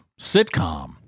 sitcom